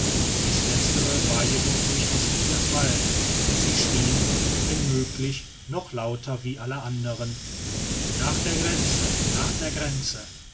dies letztere war jedoch durchaus nicht der fall und sie schrieen wenn möglich noch lauter wie alle anderen nach der grenze nach der grenze